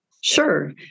Sure